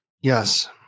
Yes